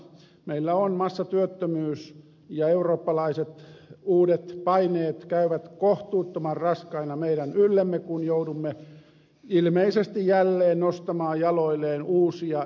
meillä on massatyöttömyys ja eurooppalaiset uudet paineet käyvät kohtuuttoman raskaina meidän yllemme kun joudumme ilmeisesti jälleen nostamaan jaloilleen uusia euromaita